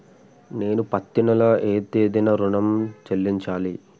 నేను పత్తి నెల ఏ తేదీనా ఋణం చెల్లించాలి?